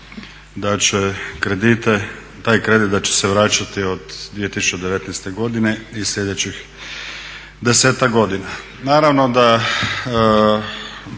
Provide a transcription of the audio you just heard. da će se vraćati od 2019. godine i sljedećih 10-ak godina.